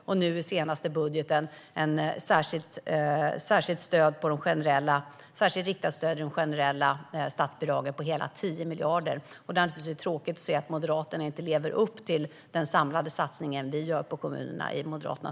Och nu i den senaste budgeten är det ett särskilt riktat stöd i de generella statsbidragen på hela 10 miljarder. Det är naturligtvis tråkigt att se att Moderaterna i sin budgetmotion inte lever upp till den samlade satsning som vi gör på kommunerna.